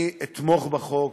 אני אתמוך בחוק,